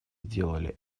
сделали